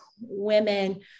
women